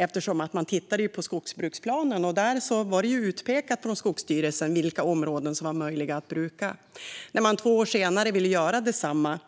De hade ju tittat på skogsbruksplanen, och där hade Skogsstyrelsen pekat ut vilka områden som var möjliga att bruka. När de två år senare ville göra detsamma